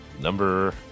number